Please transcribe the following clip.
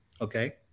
Okay